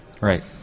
Right